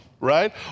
right